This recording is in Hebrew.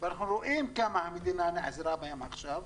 ואנחנו רואים כמה המדינה נעזרה בהם עכשיו,